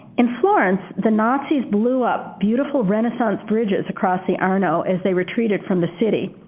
in florence, the nazis blew up beautiful renaissance bridges across the arno as they retreated from the city.